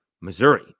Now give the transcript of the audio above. Missouri